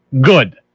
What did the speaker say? Good